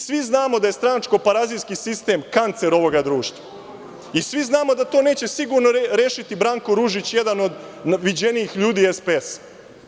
Svi znamo da je stranačko-parazitski sistem kancer ovoga društva i svi znamo da to neće sigurno rešiti Branko Ružić, jedan od viđenijih ljudi SPS-a.